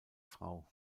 frau